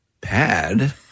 pad